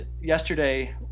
yesterday